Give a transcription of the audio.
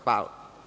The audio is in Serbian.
Hvala.